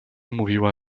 mówiła